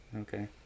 Okay